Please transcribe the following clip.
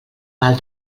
pal